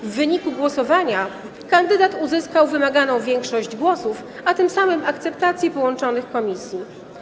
W wyniku głosowania kandydat uzyskał wymaganą większość głosów, a tym samym akceptację połączonych komisji.